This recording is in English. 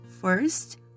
first